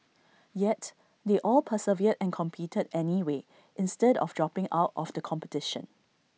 yet they all persevered and competed anyway instead of dropping out of the competition